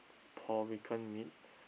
pawikan meat